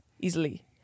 easily